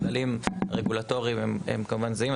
הכללים הרגולטורים הם כמובן זהים.